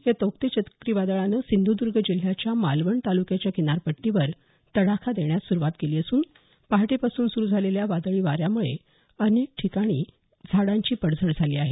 या तौक्ते चक्रीवादळानं सिंधुदर्ग जिल्ह्याच्या मालवण तालुक्याच्या किनारपट्टीवर तडाखा देण्यास सुरुवात केली असून पहाटेपासून सुरू झालेल्या वादळी वाऱ्यामुळे अनेक ठिकाणी झाडांची पडझड झाली आहे